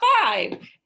five